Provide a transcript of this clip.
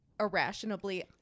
Irrationally